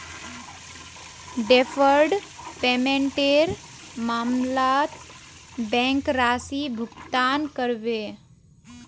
deferred पेमेंटेर मामलत bank राशि भुगतान करबे